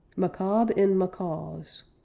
macabre in macaws